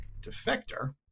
defector